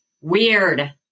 weird